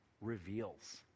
reveals